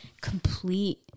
Complete